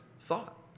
thought